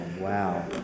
wow